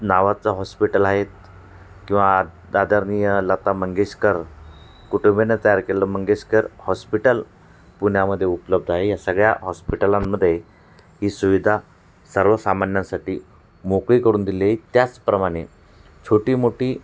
नावाचं हॉस्पिटल आहेत किंवा आदर्णीय लता मंगेशकर कुटुंबियाने तयार केलं मंगेशकर हॉस्पिटल पुण्यामध्ये उपलब्ध आहे या सगळ्या हॉस्पिटलांमध्ये ही सुविधा सर्वसामान्यांसाठी मोकळी करून दिली आहे त्याचप्रमाणे छोटी मोठी